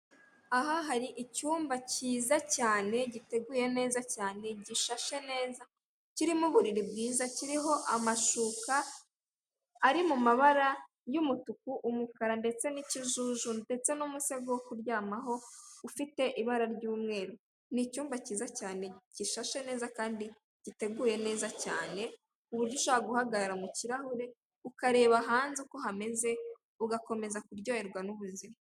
Aha hari icyumba cyiza cyane giteguye neza cyane gishashe neza kirimo uburiri bwiza kiriho amashuka ari mu mabara y'umutuku, umukara ndetse n'ikijuju ndetse n'umushya bwo kuryamaho ufite ibara ry'umweru ni icyumba cyiza cyane gishashe neza kandi giteguye neza cyane, ku uburyo ushobora guhagarara mu kirahure ukareba hanze uko hameze ugakomeza kuryoherwa n'ubuzima.